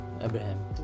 Abraham